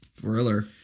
Thriller